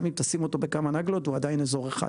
גם אם תשים אותו בכמה נגלות הוא עדיין אזור אחד.